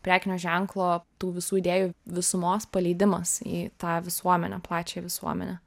prekinio ženklo tų visų idėjų visumos paleidimas į tą visuomenę plačią visuomenę